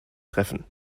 treffen